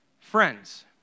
friends